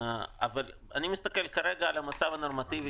אני מסתכל כרגע על המצב הנורמטיבי